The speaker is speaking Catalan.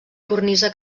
cornisa